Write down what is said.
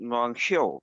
nuo anksčiau